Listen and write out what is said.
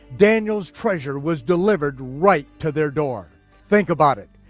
daniel's treasure was delivered right to their door. think about it,